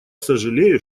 сожалею